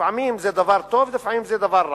לפעמים זה דבר טוב ולפעמים זה דבר רע.